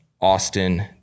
Austin